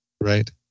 Right